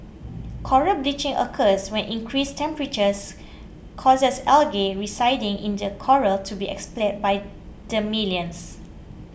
coral bleaching occurs when increased temperatures causes algae residing in the coral to be expelled by the millions